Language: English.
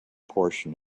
portion